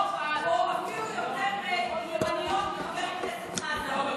או אפילו יותר ימניות משל חבר הכנסת חזן.